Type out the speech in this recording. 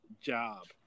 Job